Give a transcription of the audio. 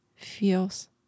feels